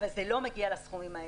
אבל זה לא מגיע לסכומים האלה.